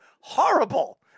horrible